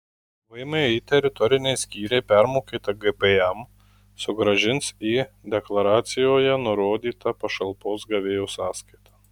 vmi teritoriniai skyriai permokėtą gpm sugrąžins į deklaracijoje nurodytą pašalpos gavėjo sąskaitą